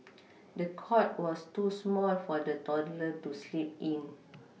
the cot was too small for the toddler to sleep in